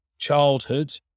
childhood